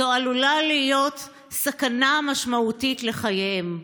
זו עלולה להיות סכנה משמעותית לחייהם.